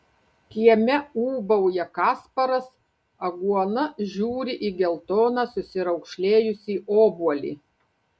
kieme ūbauja kasparas aguona žiūri į geltoną susiraukšlėjusį obuolį